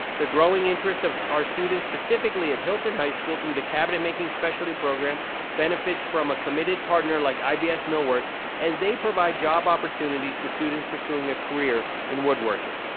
the growing interest of students specifically at hilton high school through the cabinet-making specialty program benefits from a committed partner like ibs millwork as they provide job opportunities to students pursuing a career in woodworking.